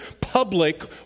public